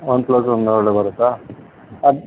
one plus ಒಂದು ಒಳ್ಳೇ ಬರುತ್ತಾ ಅದು